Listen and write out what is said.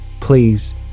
please